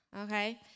Okay